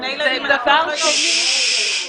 דבר שני,